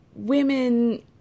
women